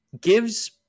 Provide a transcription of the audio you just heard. gives